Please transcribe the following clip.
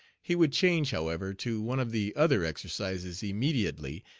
he would change, however, to one of the other exercises immediately,